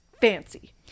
fancy